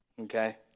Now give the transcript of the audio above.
Okay